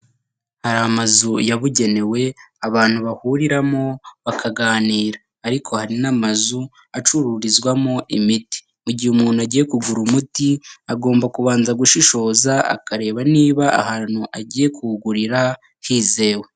Hari amazu yabugenewe abantu bahuriramo bakaganira. Ariko hari n'amazu acururizwamo imiti mu gihe umuntu agiye kugura umuti agomba kubanza gushishoza kugira ngo arebe niba ahantu agiye kuwugurira hizewe.